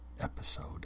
episode